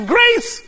Grace